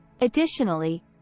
Additionally